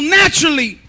naturally